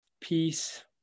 peace